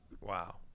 Wow